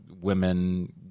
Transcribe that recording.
women